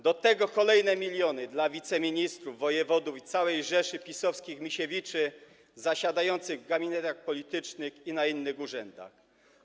Do tego kolejne miliony dla wiceministrów, wojewodów i całej rzeszy PiS-owskich Misiewiczów zasiadających w gabinetach politycznych i na innych urzędach.